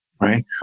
right